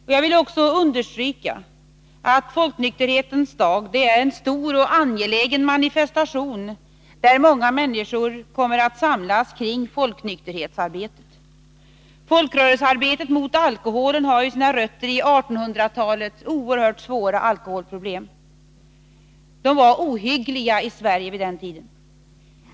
Vidare vill jag understryka att Folknykterhetens dag är en stor 153 och angelägen manifestation som samlar många människor kring folknykterhetsarbetet. Folkrörelsearbetet mot alkoholen har sina rötter i 1800-talets oerhört svåra problem. Alkoholproblemen i Sverige var ohyggliga på den tiden.